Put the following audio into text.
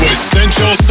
Essential